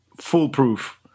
foolproof